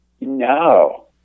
No